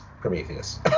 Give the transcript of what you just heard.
Prometheus